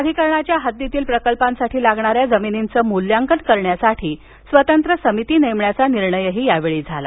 प्राधिकरणाच्या हद्दीतील प्रकल्पांसाठी लागणाऱ्या जमिनींचे मूल्यांकन करण्यासाठी समिती नेमण्याचा निर्णयही यावेळी झाला